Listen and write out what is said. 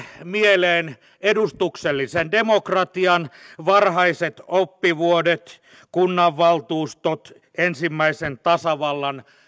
mieleen edustuksellisen demokratian varhaiset oppivuodet kunnanvaltuustot ensimmäisen tasavallan